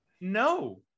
no